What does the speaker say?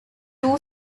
two